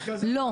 לא.